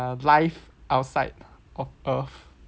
err life outside of earth